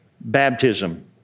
Baptism